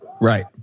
Right